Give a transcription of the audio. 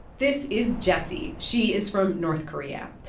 this is jessie. she is from north korea.